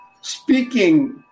speaking